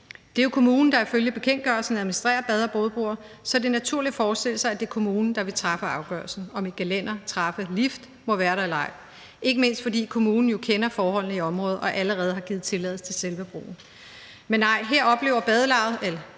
Det er kommunen, der ifølge bekendtgørelsen administrerer bade- og bådebroer, så det er naturligt at forestille sig, at det er kommunen, der vil træffe afgørelsen, om et gelænder, trappe, lift må være der eller ej – ikke mindst fordi kommunen jo kender forholdene i området og allerede har givet tilladelse til selve broen. Men nej, her oplever badelavet,